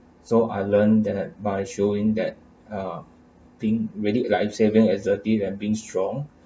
so I learnt that by showing that uh being really like inserting assertive and being strong